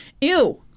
ew